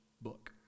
book